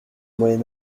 moyen